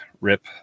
rip